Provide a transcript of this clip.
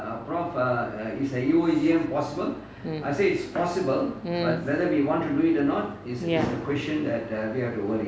mm mm